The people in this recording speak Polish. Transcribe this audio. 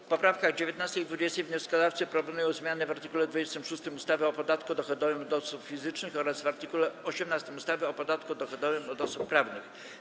W poprawkach 19. i 20. wnioskodawcy proponują zmianę w art. 26 ustawy o podatku dochodowym od osób fizycznych oraz w art. 18 ustawy o podatku dochodowym od osób prawnych.